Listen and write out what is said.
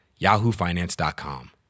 yahoofinance.com